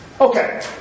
Okay